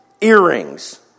earrings